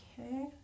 Okay